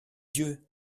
dieu